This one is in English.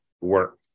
work